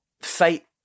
fate